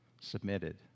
submitted